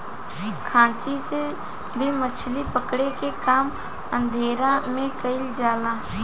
खांची से भी मछली पकड़े के काम अंधेरा में कईल जाला